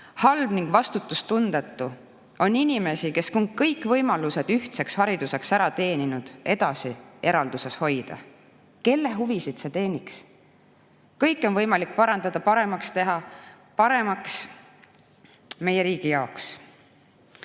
Halb ning vastutustundetu on inimesi, kes on kõik võimalused ühtseks hariduseks ära teeninud, edasi eralduses hoida. Kelle huvisid see teeniks? Kõike on võimalik parandada, paremaks teha, paremaks meie riigi jaoks